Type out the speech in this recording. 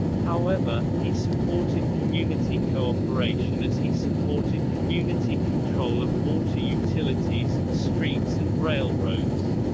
however, he supported community cooperation as he supported community control of water utilities, streets and railroads.